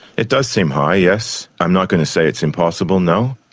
it does seem high, yes. i'm not going to say it's impossible, no.